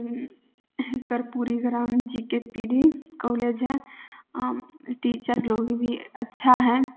Karpoori Gram G K P D college हइ आओर teacher लोग भी अच्छा हइ